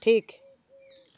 ᱴᱷᱤᱠ